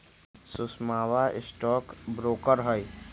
सुषमवा stock broker हई